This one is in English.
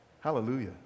Hallelujah